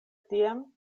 tiam